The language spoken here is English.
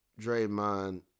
Draymond